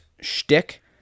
shtick